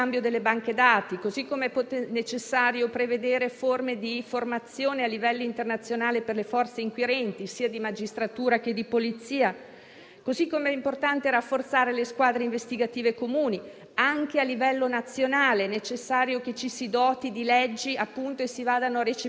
che di polizia e rafforzare le squadre investigative comuni. Anche a livello nazionale è necessario che ci si doti di leggi e si recepiscano le diverse decisioni e direttive europee finalizzate a migliorare la collaborazione a livello internazionale e, in particolare, comunitario